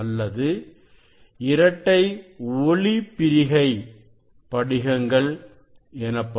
அல்லது இரட்டை ஒளிபிரிகை படிகங்கள் எனப்படும்